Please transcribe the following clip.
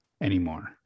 anymore